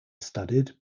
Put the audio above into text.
studied